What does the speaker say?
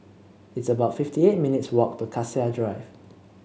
it's about fifty eight minutes' walk to Cassia Drive